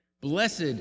Blessed